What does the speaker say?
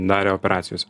darę operacijos